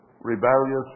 rebellious